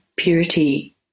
purity